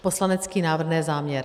Poslanecký návrh, ne záměr.